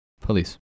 Police